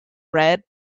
red